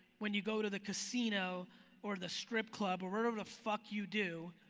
when you go to the casino or the strip club or wherever the fuck you do,